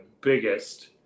biggest